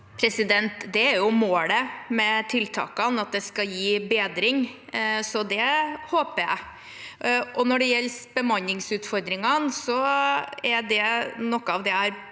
Det er jo målet med tiltakene, at de skal gi bedring, så det håper jeg. Når det gjelder bemanningsutfordringene, er det noe av det jeg